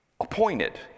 appointed